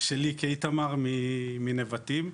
שלי כאיתמר מנבטים,